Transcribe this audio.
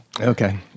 okay